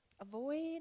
avoid